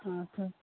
हाँ सर